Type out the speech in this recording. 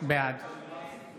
בעד